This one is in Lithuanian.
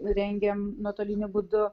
rengiam nuotoliniu būdu